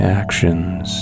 actions